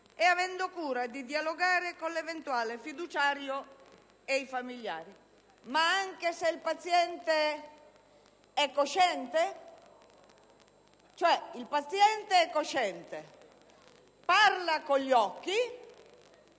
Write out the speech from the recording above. e avendo cura di dialogare con l'eventuale fiduciario e i familiari». Ma anche se il paziente è cosciente? Cioè,